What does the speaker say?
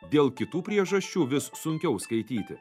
dėl kitų priežasčių vis sunkiau skaityti